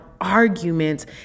arguments